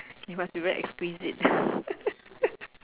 it must be very exquisite